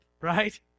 right